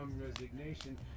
resignation